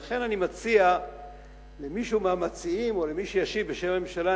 ולכן אני מציע למישהו מהמציעים או למי שישיב בשם הממשלה,